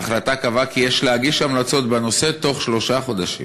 ההחלטה קבעה כי יש להגיש המלצות בנושא בתוך שלושה חודשים.